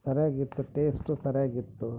ಸರಿಯಾಗಿತ್ತು taste ಸರಿಯಾಗಿತ್ತು